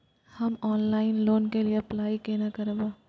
हम online loan के लिए अप्लाई केना करब?